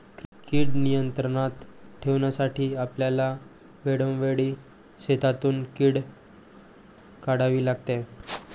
कीड नियंत्रणात ठेवण्यासाठी आपल्याला वेळोवेळी शेतातून कीड काढावी लागते